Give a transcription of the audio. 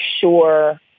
sure